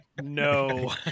No